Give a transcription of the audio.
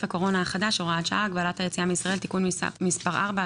הקורונה החדש (הוראת שעה) (הגבלת היציאה מישראל) (תיקון מס' 4),